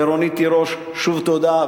לרונית תירוש, שוב תודה.